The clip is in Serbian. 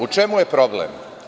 U čemu je problem?